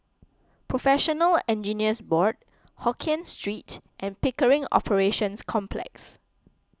Professional Engineers Board Hokkien Street and Pickering Operations Complex